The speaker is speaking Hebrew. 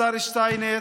השר שטייניץ,